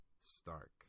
Stark